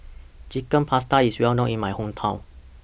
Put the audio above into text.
Chicken Pasta IS Well known in My Hometown